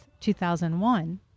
2001